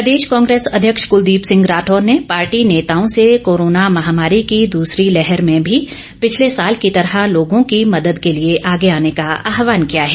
राठौर प्रदेश कांग्रेस अध्यक्ष कुलदीप सिंह राठौर ने पार्टी नेताओं से कोरोना महामारी की दूसरी लहर में भी पिछले साल की तरह लोगों की मदद के लिए आगे आने का आहवान किया है